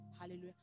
Hallelujah